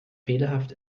fehlerhaft